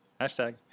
Hashtag